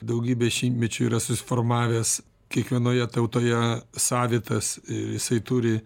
daugybę šimtmečių yra susiformavęs kiekvienoje tautoje savitas ir jisai turi